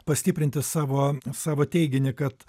pastiprinti savo savo teiginį kad